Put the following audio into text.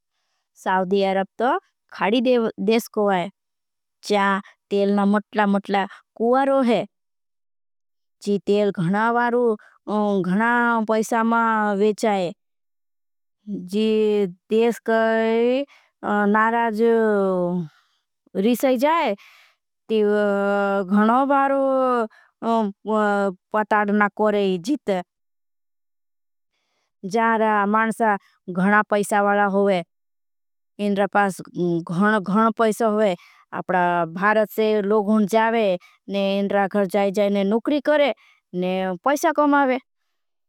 Saudi Arab तो खाड़ी देश को है जाँ तेलना। मतला मतला कुआरो है जी तेल घणा वारो। घणा पैसा मा वेचाए जी देश काई नाराज। रिशाई जाए ती घणा वारो। पताड़ना कोरेई जित जार मानसा घणा पैसा वाला होई इनरा। पास घण घण पैसा होई आपड़ा भारत से लोगों जाए इनरा। घण जाए जाए ने नुक्री करे ने पैसा कमाओ।